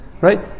right